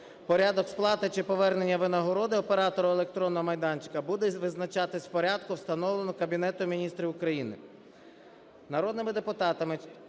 Порядок сплати чи повернення винагороди оператору електронного майданчику буде визначатися в порядку, встановленому Кабінетом Міністрів України. Народними депутатами